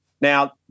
Now